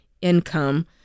income